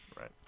Right